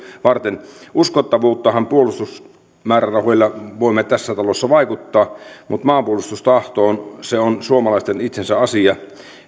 varten uskottavuuteenhan puolustusmäärärahoilla voimme tässä talossa vaikuttaa mutta maanpuolustustahto on suomalaisten itsensä asia